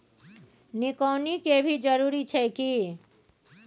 निकौनी के भी जरूरी छै की?